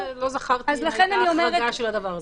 לא זכרתי אם הייתה החרגה של הדבר הזה.